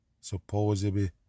supposedly